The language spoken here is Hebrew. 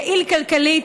יעיל כלכלית,